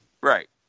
right